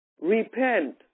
repent